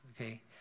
okay